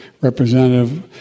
Representative